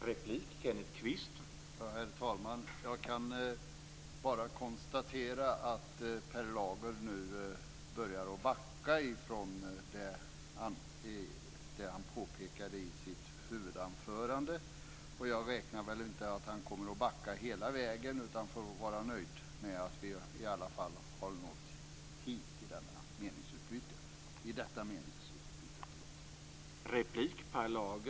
Herr talman! Jag kan bara konstatera att Per Lager nu börjar att backa från det han påpekade i sitt huvudanförande. Jag räknar väl inte med att han kommer att backa hela vägen utan får vara nöjd med att vi i alla fall har nått hit i detta meningsutbyte.